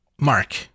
Mark